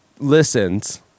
listens